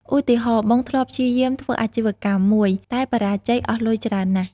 ឧទាហរណ៍ បងធ្លាប់ព្យាយាមធ្វើអាជីវកម្មមួយ តែបរាជ័យអស់លុយច្រើនណាស់។